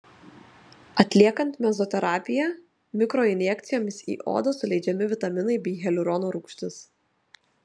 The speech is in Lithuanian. atliekant mezoterapiją mikroinjekcijomis į odą suleidžiami vitaminai bei hialurono rūgštis